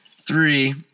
three